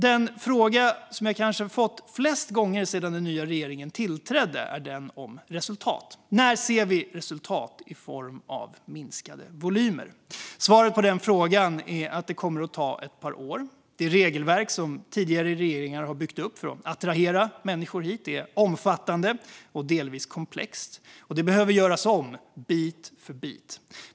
Den fråga som jag fått kanske flest gånger sedan den nya regeringen tillträdde är den om resultat: När ser vi resultat i form av minskade volymer? Svaret på den frågan är att det kommer att ta ett par år. Det regelverk som tidigare regeringar byggt upp för att attrahera människor är omfattande och delvis komplext, och det behöver göras om bit för bit.